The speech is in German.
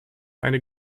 eine